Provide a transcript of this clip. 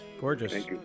Gorgeous